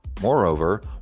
Moreover